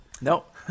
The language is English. Nope